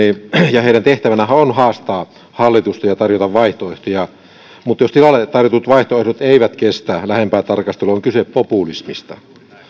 ja heidän tehtävänäänhän on haastaa hallitusta ja tarjota vaihtoehtoja niin jos tilalle tarjotut vaihtoehdot eivät kestä lähempää tarkastelua on kyse populismista